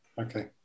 Okay